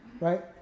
right